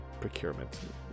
procurement